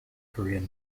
korean